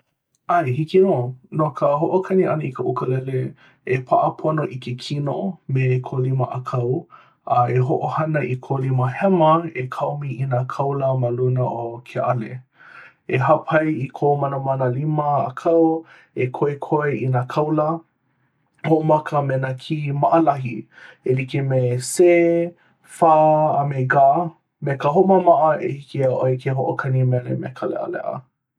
ʻAe, hiki nō! No ka hoʻokani ʻana i ka ʻukulele, e paʻa pono i ke kino me kou lima ʻākau, a e hoʻohana i kou lima hema e kaomi i nā kaula ma luna o ka ʻale. E hāpai i kou manamana lima ʻākau e koekoe i nā kaula. Hoʻomaka me nā kuhi maʻalahi e like me C, F, a me G. Me ka hoʻomaʻamaʻa, e hiki iā ʻoe ke hoʻokani mele me ka leʻaleʻa